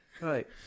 right